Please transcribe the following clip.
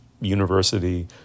university